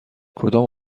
کدام